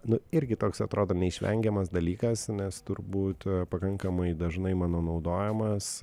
nu irgi toks atrodo neišvengiamas dalykas nes turbūt pakankamai dažnai mano naudojamas